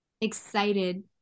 excited